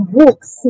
books